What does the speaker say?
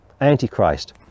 antichrist